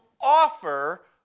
offer